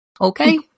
okay